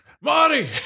Marty